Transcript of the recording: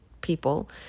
people